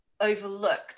overlooked